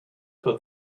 for